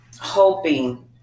hoping